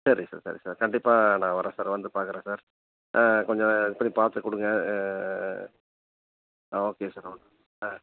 சரி சார் சரி சார் கண்டிப்பாக நான் வர்றேன் சார் வந்து பார்க்கறேன் சார் கொஞ்சம் எப்படி பார்த்துக் கொடுங்க ஓகே சார் ஓகே சார்